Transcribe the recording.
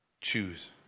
Choose